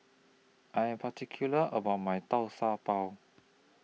I Am particular about My Tau Pau